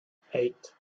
eight